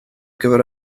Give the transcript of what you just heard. gyfer